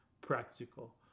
practical